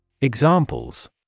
Examples